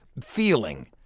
feeling